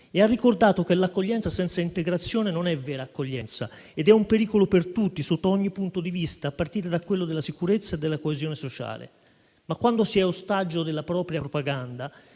poi ricordato che l'accoglienza senza integrazione non è vera accoglienza ed è un pericolo per tutti, sotto ogni punto di vista, a partire da quello della sicurezza e della coesione sociale. Tuttavia, quando si è ostaggio della propria propaganda